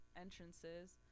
entrances